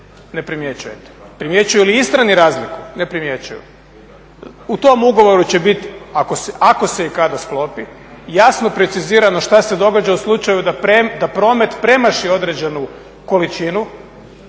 Ne primjećujete. Primjećuju li Istrani razliku? Ne primjećuju. U tom ugovoru će bit ako se i kada sklopi jasno precizirano šta se događa u slučaju da promet premaši određenu količinu.